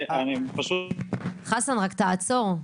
תעצור,